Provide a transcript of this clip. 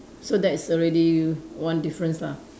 so that is already one difference lah